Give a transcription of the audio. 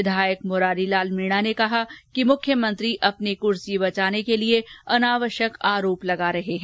विधायक मुरारी लाल मीणा ने कहा कि मुख्यमंत्री अपनी कुर्सी बचाने के लिए अनावश्यक आरोप लगा रहे हैं